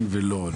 מי מאשר כן ולא?